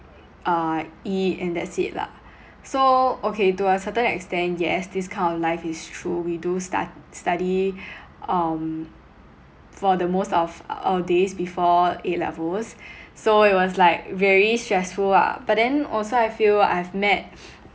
uh eat and that's it lah so okay to a certain extent yes this kind of life is true we do stu~ study um for the most of our days before A levels so it was like very stressful ah but then also I feel I've met